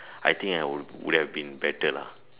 I think I would would have been better lah